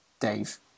Dave